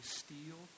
steal